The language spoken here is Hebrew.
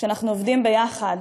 כשאנחנו עובדים ביחד,